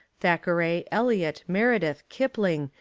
thackeray, eliot, meredith, kipling,